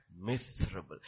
Miserable